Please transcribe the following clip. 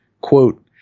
quote